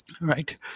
Right